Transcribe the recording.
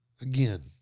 Again